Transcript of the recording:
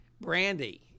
Brandy